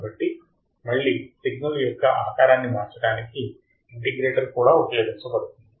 కాబట్టి మళ్ళీ సిగ్నల్ యొక్క ఆకారాన్ని మార్చడానికి ఇంటిగ్రేటర్ కూడా ఉపయోగించబడుతుంది